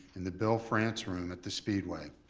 in the bill france room at the speedway.